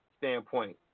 Standpoint